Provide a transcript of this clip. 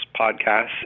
podcasts